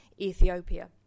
Ethiopia